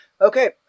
Okay